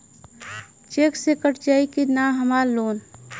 Check से cut जाई की ना हमार लोन?